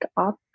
up